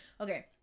Okay